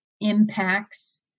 impacts